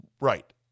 Right